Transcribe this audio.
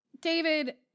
david